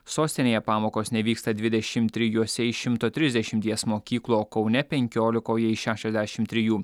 sostinėje pamokos nevyksta dvidešimt trijose iš šimto trisdešimties mokyklų kaune penkiolikoje iš šešiasdešimt trijų